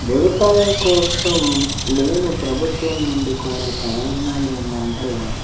వ్యవసాయం కోసం నేను ప్రభుత్వం నుండి కోరే ప్రయోజనాలు ఏంటంటే